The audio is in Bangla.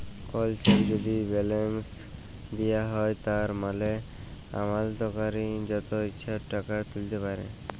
কল চ্যাক যদি ব্যালেঙ্ক দিঁয়া হ্যয় তার মালে আমালতকারি যত ইছা টাকা তুইলতে পারে